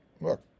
look